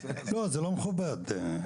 זה לא מכובד.